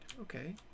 Okay